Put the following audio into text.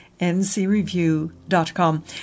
ncreview.com